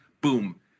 boom